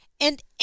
And